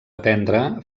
aprendre